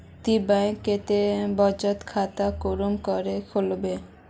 ती बैंक कतेक बचत खाता कुंसम करे खोलबो?